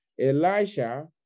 Elisha